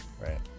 right